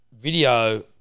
video